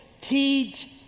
teach